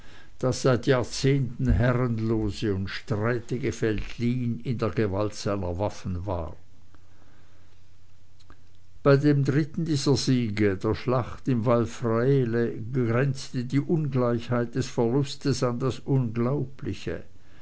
das seit jahrzehnten herrenlose und streitige veltlin in der gewalt seiner waffen war bei dem dritten dieser siege der schlacht in val fraele grenzte die ungleichheit des verlustes an das unglaubliche